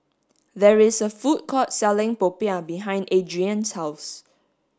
there is a food court selling popiah behind Adrienne's house